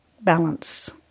balance